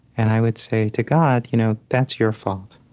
and i would say to god, you know, that's your fault.